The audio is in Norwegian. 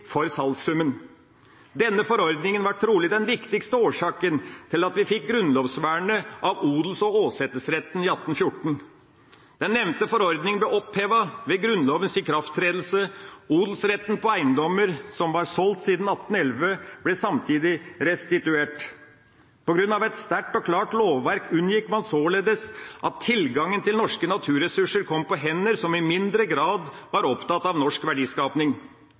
for salgssummen. Denne forordningen var trolig den viktigste årsaken til at vi fikk grunnlovsvernet av odels- og åsetesretten i 1814. Den nevnte forordning ble opphevet ved Grunnlovens ikrafttredelse. Odelsretten på eiendommer som var solgt siden 1811, ble samtidig restituert. På grunn av et sterkt og klart lovverk unngikk man således at tilgangen til norske naturressurser kom på hender som i mindre grad var opptatt av norsk